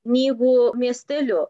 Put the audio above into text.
knygų miesteliu